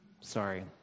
Sorry